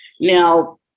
Now